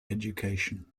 education